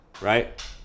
Right